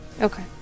Okay